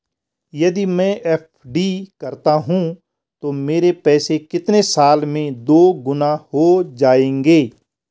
यदि मैं एफ.डी करता हूँ तो मेरे पैसे कितने साल में दोगुना हो जाएँगे?